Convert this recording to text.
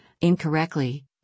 incorrectly